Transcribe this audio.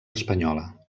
espanyola